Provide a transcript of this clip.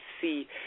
see